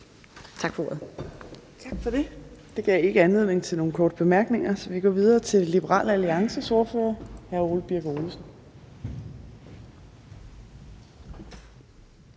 Tak for ordet.